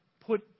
Put